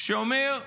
שאומר: